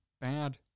bad